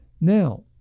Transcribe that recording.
Now